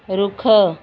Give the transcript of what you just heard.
ਰੁੱਖ